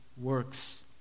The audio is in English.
works